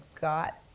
got